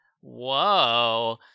Whoa